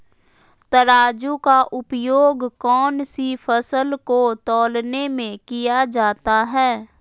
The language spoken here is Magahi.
तराजू का उपयोग कौन सी फसल को तौलने में किया जाता है?